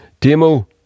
Demo